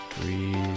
breathe